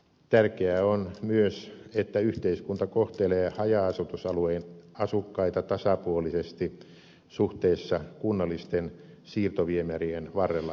tärkeää on myös että yhteiskunta kohtelee haja asutusalueen asukkaita tasapuolisesti suhteessa kunnallisten siirtoviemärien varrella asuviin